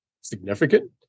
significant